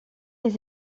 les